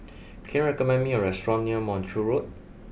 can you recommend me a restaurant near Montreal Road